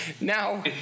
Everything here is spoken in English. Now